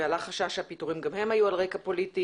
ועלה חשש שהפיטורים גם הם היו על רקע פוליטי.